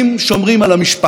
שמרנים שומרים על המשטרה,